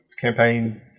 campaign